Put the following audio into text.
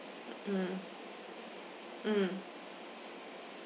mm mm